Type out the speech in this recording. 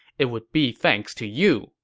it would be thanks to you,